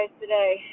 today